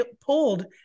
pulled